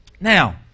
Now